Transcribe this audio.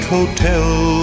Hotel